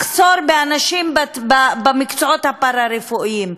מחסור באנשים במקצועות הפארה-רפואיים,